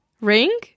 Ring